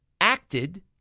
acted